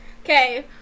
Okay